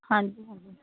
ਹਾਂਜੀ